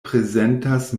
prezentas